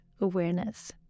awareness